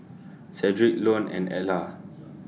Shedrick Lone and Edla